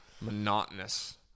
monotonous